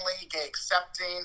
gay-accepting